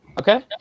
Okay